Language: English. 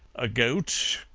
a goat,